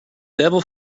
devil